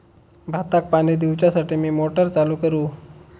भाताक पाणी दिवच्यासाठी मी मोटर चालू करू?